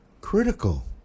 Critical